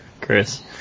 Chris